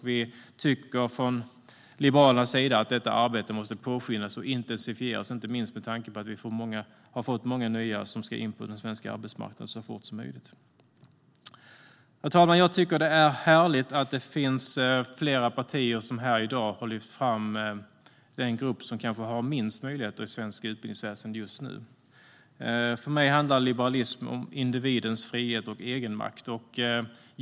Vi tycker från Liberalernas sida att detta arbete måste påskyndas och intensifieras, inte minst med tanke på att vi har fått många nya som ska in på den svenska arbetsmarknaden så fort som möjligt. Herr talman! Det är härligt att det finns flera partier som här i dag har lyft fram den grupp som har minst möjligheter i svenskt utbildningsväsen just nu. För mig handlar liberalism om individens frihet och egenmakt.